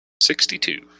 sixty-two